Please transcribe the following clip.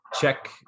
Check